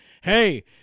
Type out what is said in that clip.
Hey